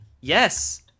yes